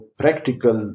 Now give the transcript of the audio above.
practical